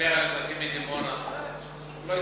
מאיר דיבר על אזרחים מדימונה, הוא לא,